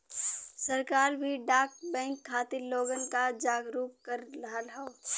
सरकार भी डाक बैंक खातिर लोगन क जागरूक कर रहल हौ